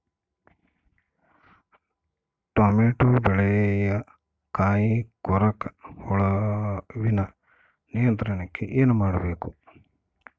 Tomato ಬೆಳೆಯ ಕಾಯಿ ಕೊರಕ ಹುಳುವಿನ ನಿಯಂತ್ರಣಕ್ಕೆ ಏನು ಮಾಡಬೇಕು?